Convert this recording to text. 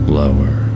lower